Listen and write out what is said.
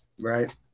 Right